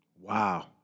Wow